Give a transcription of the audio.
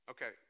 Okay